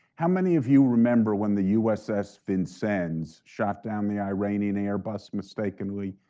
how many of you remember when the uss vincennes shot down the iranian airbus mistakenly,